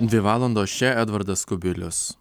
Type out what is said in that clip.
dvi valandos čia edvardas kubilius